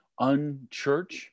Unchurch